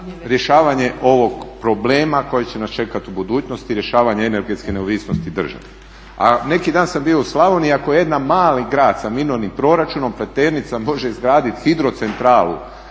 rješavanje ovog problema koji će nas čekati u budućnosti, rješavanje energetske neovisnosti države. A neki dan sam bio u Slavoniji, ako jedan mali grad sa minornim proračunom, Pleternica može izgraditi hidrocentralu